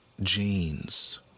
genes